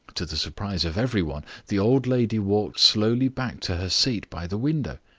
to the surprise of every one the old lady walked slowly back to her seat by the window.